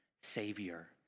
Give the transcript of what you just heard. Savior